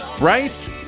right